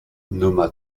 nomma